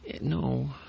No